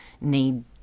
need